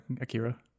Akira